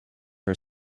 are